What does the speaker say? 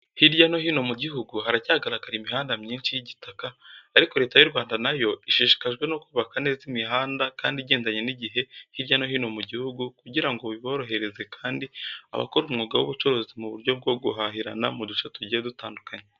Hirya no hino mu gihugu haracyagaragara imihanda myinshi y'igitaka, ariko Leta y'u Rwanda na yo ishishikajwe no kubaka neza imihanda kandi igendanye n'igihe hirya no hino mu gihugu kugira ngo binorohereze kandi abakora umwuga w'ubucuruzi mu buryo bwo guhahirana mu duce tugiye dutandukanye.